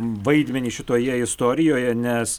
vaidmenį šitoje istorijoje nes